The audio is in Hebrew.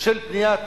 של פניית